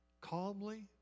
calmly